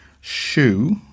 Shoe